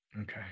Okay